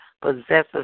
possessors